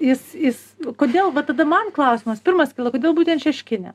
jis jis kodėl va tada man klausimas pirmas kilo kodėl būtent šeškinė